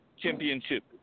championship